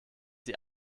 sie